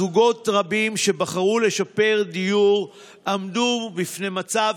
זוגות רבים שבחרו לשפר דיור עמדו בפני מצב